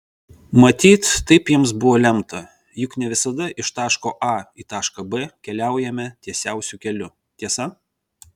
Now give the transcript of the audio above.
matyt taip jiems buvo lemta juk ne visada iš taško a į tašką b keliaujame tiesiausiu keliu tiesa